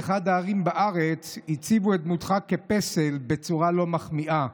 באחת הערים בארץ הציבו את דמותך כפסל בצורה לא מחמיאה.